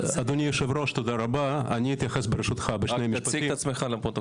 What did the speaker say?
היושב-ראש, ברשותך אתייחס בשני משפטים.